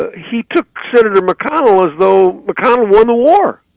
ah he took senator mcconnell as though mcconnell won the war.